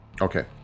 Okay